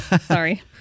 Sorry